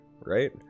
right